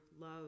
love